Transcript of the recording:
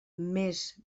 més